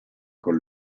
con